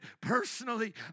personally